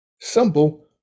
Simple